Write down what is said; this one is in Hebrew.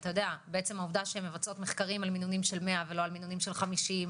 בעצם העובדה שמבצעים מחקרים על מינונים של 100 ולא על מינונים של 50,